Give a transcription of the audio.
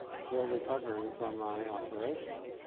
still recovering from my operation,